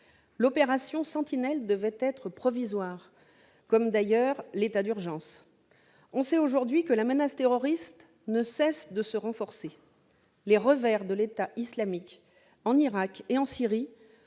L'opération Sentinelle devait être provisoire, comme, d'ailleurs, l'état d'urgence. On sait aujourd'hui que la menace terroriste ne cesse de se renforcer. Les revers de l'État islamique en Irak et en Syrie